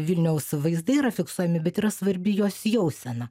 vilniaus vaizdai yra fiksuojami bet yra svarbi jos jausena